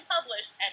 published